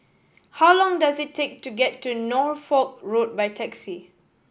how long does it take to get to Norfolk Road by taxi